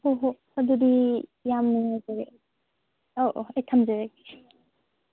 ꯍꯣ ꯍꯣ ꯑꯗꯨꯗꯤ ꯌꯥꯝ ꯅꯨꯡꯉꯥꯏꯖꯔꯦ ꯑꯧ ꯑꯧ ꯑꯩ ꯊꯝꯖꯔꯒꯦ